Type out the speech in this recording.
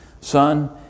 son